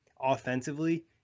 offensively